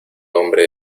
hombre